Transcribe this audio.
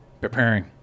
preparing